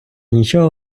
нічого